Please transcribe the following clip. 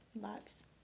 Lots